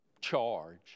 charge